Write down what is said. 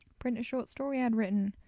print a short story i'd written.